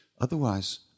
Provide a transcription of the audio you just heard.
Otherwise